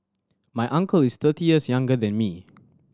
my uncle is thirty years younger than me